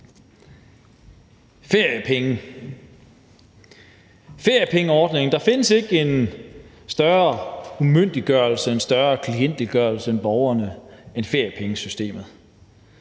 Mathiesen (NB): Tak for det. Der findes ikke en større umyndiggørelse og klientgørelse af borgerne end feriepengesystemet.